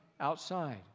outside